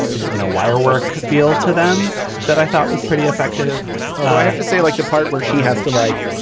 you know, wire work feel to them that i thought was pretty effective oh, i have to say, like the part where she has to, like,